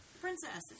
Princess